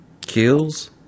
Kills